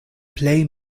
plej